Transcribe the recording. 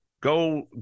Go